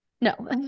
No